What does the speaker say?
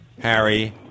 Harry